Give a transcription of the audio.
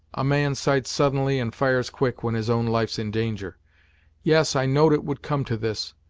a man sights suddenly, and fires quick when his own life's in danger yes, i know'd it would come to this.